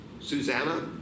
Susanna